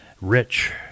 Rich